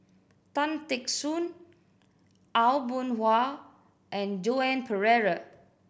Tan Teck Soon Aw Boon Haw and Joan Pereira